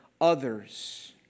others